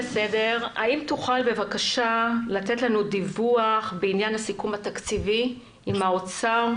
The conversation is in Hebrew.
האם תוכל לתת לנו דיווח בעניין הסיכום התקציבי עם האוצר,